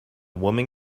woman